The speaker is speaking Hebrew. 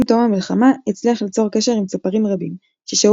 עם תום המלחמה הצליח ליצור קשר עם צפרים רבים ששהו